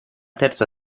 terza